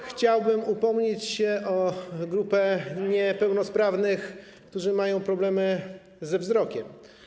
Chciałbym upomnieć się o grupę niepełnosprawnych, którzy mają problemy ze wzrokiem.